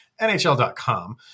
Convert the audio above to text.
NHL.com